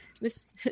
Miss